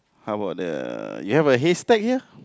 how about the you are hashtag here